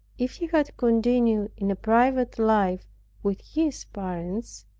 if he had continued in a private life with his parents,